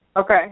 Okay